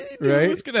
right